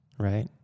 Right